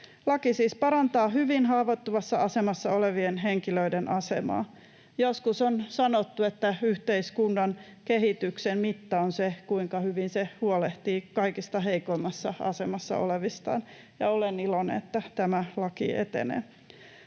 Laki siis parantaa hyvin haavoittuvassa asemassa olevien henkilöiden asemaa. Joskus on sanottu, että yhteiskunnan kehityksen mitta on se, kuinka hyvin se huolehtii kaikista heikoimmassa asemassa olevistaan, ja olen iloinen, että tämä laki etenee.